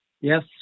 Yes